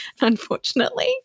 unfortunately